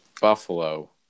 Buffalo